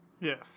Yes